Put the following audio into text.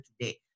today